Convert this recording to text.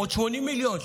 380 מיליון שקל.